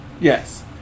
Yes